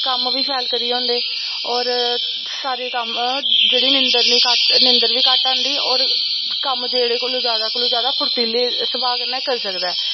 कम्म बी शैल करियै होंदे होर सारे कम्म जेह्ड़ी नींदर निं नींदर बी घट्ट आंदी होर कम्म जेह्ड़े कोलू जादा कोलू जादा फुर्तीले स्भाऽ कन्नै करी सकदा ऐ